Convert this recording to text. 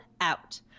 Out